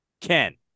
ken